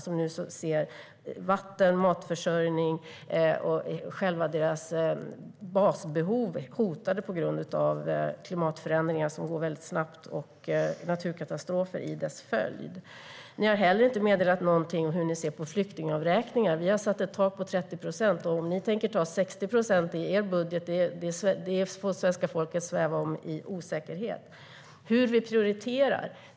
De ser nu vatten, matförsörjning och själva sina basbehov hotade på grund av klimatförändringar som går väldigt snabbt och naturkatastrofer som kommer i deras följd. Ni har heller inte meddelat någonting om hur ni ser på flyktingavräkningar. Vi har satt ett tak på 30 procent. Huruvida ni tänker ta 60 procent i er budget får svenska folket sväva i osäkerhet om. Hur vi prioriterar?